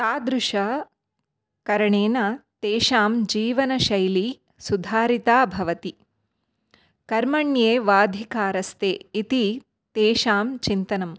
तादृशकरणेन तेषां जीवनशैली सुधारिता भवति कर्मण्येवाधिकारस्ते इति तेषां चिन्तनम्